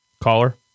caller